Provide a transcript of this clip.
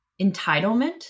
entitlement